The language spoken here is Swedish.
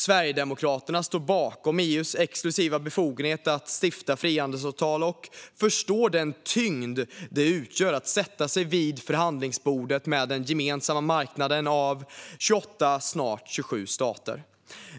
Sverigedemokraterna står bakom EU:s exklusiva befogenhet att stifta frihandelsavtal och förstår den tyngd det utgör att sätta sig vid förhandlingsbordet med den gemensamma marknaden för 28, snart 27, stater.